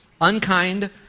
Unkind